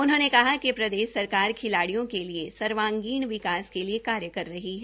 उन्होंने कहा कि प्रदेश सरकार खिलाडियों के लिए सर्वागीण विकास के लिए कार्य कर रही है